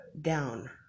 down